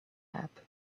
app